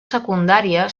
secundària